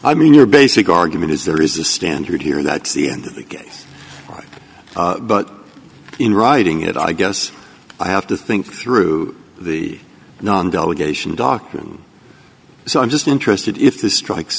i mean your basic argument is there is a standard here that's the end of the case but in writing it i guess i have to think through the non delegation doctrine so i'm just interested if this strikes